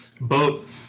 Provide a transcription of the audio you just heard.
boat